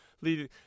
leading